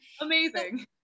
amazing